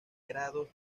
grados